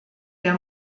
der